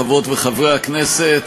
חברות וחברי הכנסת,